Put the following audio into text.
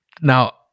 Now